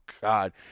God